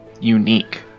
unique